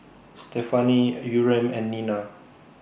Stefani Yurem and Nina